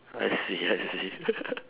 I see I see